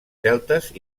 celtes